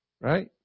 right